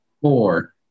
Four